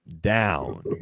down